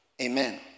Amen